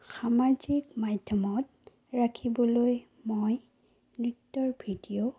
সামাজিক মাধ্যমত ৰাখিবলৈ মই নৃত্যৰ ভিডিঅ'